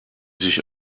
sich